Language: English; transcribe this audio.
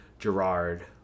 Gerard